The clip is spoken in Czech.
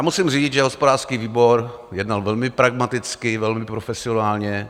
Musím říct, že hospodářský výbor jednal velmi pragmaticky, velmi profesionálně.